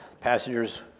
passengers